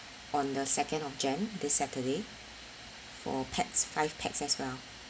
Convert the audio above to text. on the second of jan~ this saturday for pax five pax as well